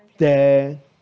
there